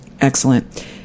Excellent